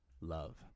Love